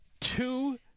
two